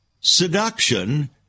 seduction